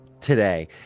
today